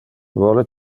vole